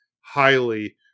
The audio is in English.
highly